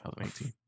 2018